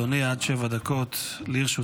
בבקשה, אדוני, עד שבע דקות לרשותך.